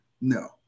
No